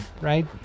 right